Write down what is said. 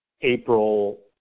April